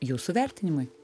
jūsų vertinimui